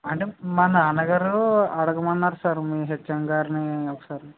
అంటే మా నాన్నగారు అడుగమన్నారు సార్ మీ హెచ్ఎం గారిని ఒకసారి